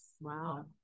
Wow